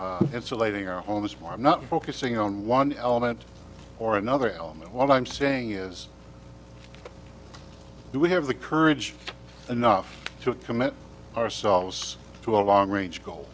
insulating our homes why not focusing on one element or another element what i'm saying is that we have the courage enough to commit ourselves to a long range goal